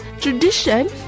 tradition